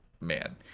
man